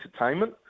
entertainment